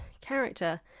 character